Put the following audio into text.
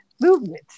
Movement